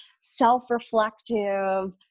self-reflective